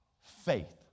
faith